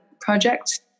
project